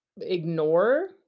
ignore